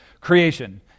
creation